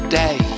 day